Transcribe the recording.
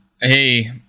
Hey